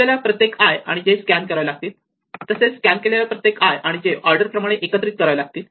आपल्याला प्रत्येक i आणि j स्कॅन करावे लागतील तसेच स्कॅन केलेल्या प्रत्येक i आणि j ऑर्डर प्रमाणे एकत्रित करावे लागतील